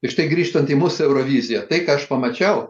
ir štai grįžtant į mūsų euroviziją tai ką aš pamačiau